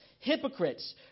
Hypocrites